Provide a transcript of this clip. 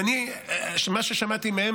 ממה ששמעתי מהם,